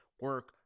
Work